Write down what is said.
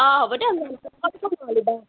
অঁ হ'ব দক